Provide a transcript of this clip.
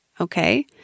Okay